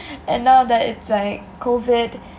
and now that it's like COVID